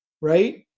right